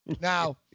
Now